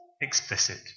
explicit